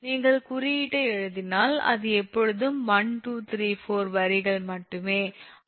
நீங்கள் குறியீட்டை எழுதினால் அது எப்போதும் 1234 வரிகள் மட்டுமே 5 வரிகள்